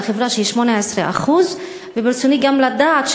לחברה שהיא 18%. ברצוני גם לדעת,